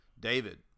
David